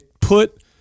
put